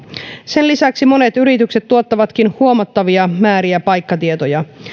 sen lisäksi monet yritykset tuottavatkin huomattavia määriä paikkatietoja